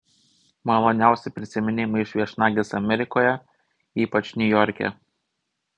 maloniausi prisiminimai iš viešnagės amerikoje ypač niujorke